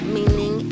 Meaning